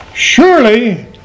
Surely